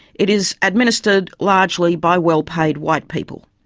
it is administered largely by well-paid white people.